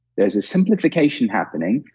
there's a simplification happening.